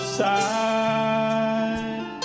side